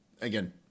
again